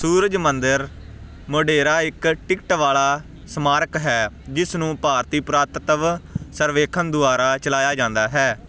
ਸੂਰਜ ਮੰਦਿਰ ਮੋਢੇਰਾ ਇੱਕ ਟਿਕਟ ਵਾਲਾ ਸਮਾਰਕ ਹੈ ਜਿਸ ਨੂੰ ਭਾਰਤੀ ਪੁਰਾਤੱਤਵ ਸਰਵੇਖਣ ਦੁਆਰਾ ਚਲਾਇਆ ਜਾਂਦਾ ਹੈ